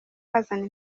bazana